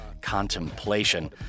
Contemplation